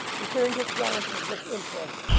returned his glances with interest,